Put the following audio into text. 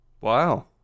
wow